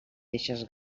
deixes